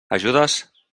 ajudes